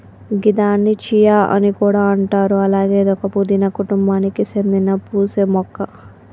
గిదాన్ని చియా అని కూడా అంటారు అలాగే ఇదొక పూదీన కుటుంబానికి సేందిన పూసే మొక్క